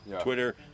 Twitter